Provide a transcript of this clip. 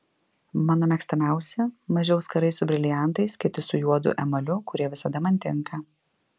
mano mėgstamiausi maži auskarai su briliantais kiti su juodu emaliu kurie visada man tinka